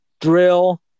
drill